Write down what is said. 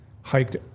hiked